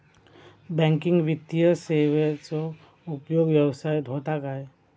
Banking वित्तीय सेवाचो उपयोग व्यवसायात होता काय?